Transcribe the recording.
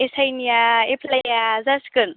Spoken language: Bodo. एसआइनिया एप्लाइया जासिगोन